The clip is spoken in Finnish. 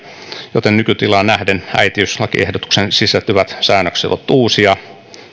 joten nykytilaan nähden äitiyslakiehdotukseen sisältyvät säännökset ovat uusia